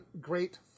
great